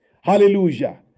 Hallelujah